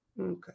Okay